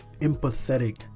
Empathetic